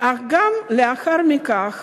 אך גם לאחר מכן,